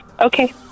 Okay